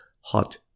hot